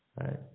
right